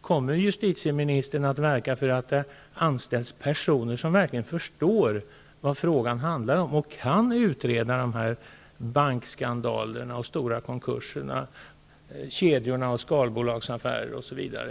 Kommer justitieministern att verka för att det anställs personer som verkligen förstår vad frågan handlar om och kan utreda de här bankskandalerna, stora konkurserna, kedjorna av skalbolagsaffärer osv.?